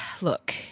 look